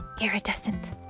iridescent